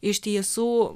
iš tiesų